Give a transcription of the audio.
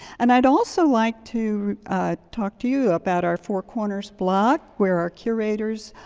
and i'd also like to talk to you about our four corners blog where our curators